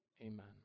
Amen